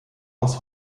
aus